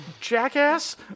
Jackass